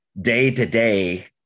day-to-day